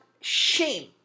shame